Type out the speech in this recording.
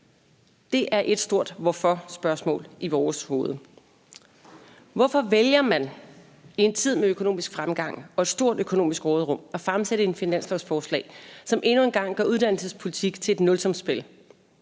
Det er et stort hvorforspørgsmål i vores hoved. Hvorfor vælger man i en tid med økonomisk fremgang og et stort økonomisk råderum at fremsætte et finanslovsforslag, som endnu en gang gør uddannelsespolitik til et nulsumsspil,